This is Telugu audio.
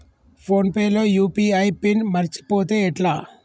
ఫోన్ పే లో యూ.పీ.ఐ పిన్ మరచిపోతే ఎట్లా?